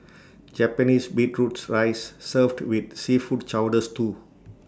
Japanese beetroots rice served with seafood chowder stew